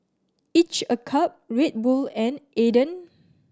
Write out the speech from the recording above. Each a Cup Red Bull and Aden